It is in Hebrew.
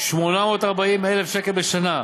840,000 שקל בשנה.